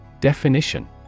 Definition